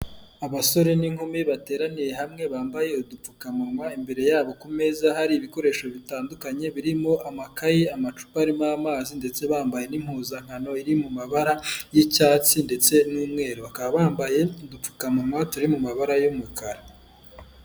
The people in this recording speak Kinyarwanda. Abasore n'inkumi bateraniye hamwe bambaye udupfukamunwa, imbere yabo ku meza hari ibikoresho bitandukanye birimo amakayi, amacupa arimo amazi ndetse bambaye n'impuzankano iri mu mabara y'icyatsi ndetse n'umweru, bakaba bambaye udupfukamunwa turi mu mabara y'umukara.